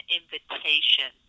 invitation